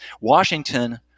Washington